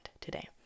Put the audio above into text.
today